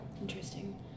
Interesting